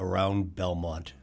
around belmont